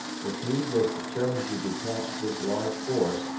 if meade was determined to detach this large force,